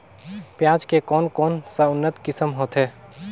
पियाज के कोन कोन सा उन्नत किसम होथे?